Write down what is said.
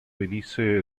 venisse